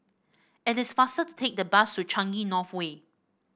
it is faster to take the bus to Changi North Way